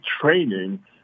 training